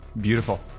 Beautiful